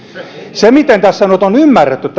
siinä miten tässä nyt on ymmärretty